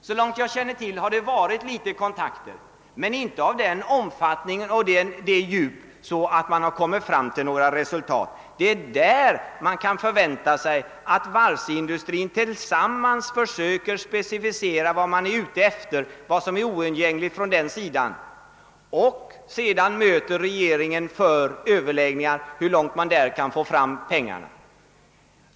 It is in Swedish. Så långt jag känner till det har det varit en del kontakter, men inte av den omfattning och det djup att några resultat har kunnat uppnås. Vad som nu bör ske är att varvsindustrin försöker specificera vad den är ute efter, vad den anser som oundgängligen nödvändigt, och sedan möter regeringen för överläggningar om hur mycket pengar regeringen kan få fram.